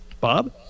Bob